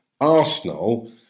Arsenal